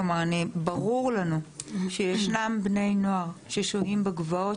כלומר ברור לנו שישנם בני נוער ששוהים בגבעות,